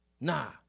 Nah